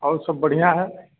और सब बढ़ियां हैं